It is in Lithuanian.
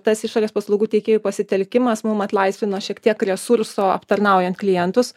tas išorės paslaugų teikėjų pasitelkimas mum atlaisvino šiek tiek resurso aptarnaujant klientus